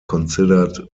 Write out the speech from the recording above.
considered